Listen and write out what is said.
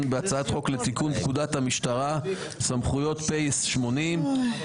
בהצעת חוק לתיקון פקודת המשטרה (סמכויות) (פ/80).